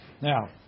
Now